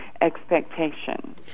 expectation